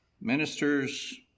Ministers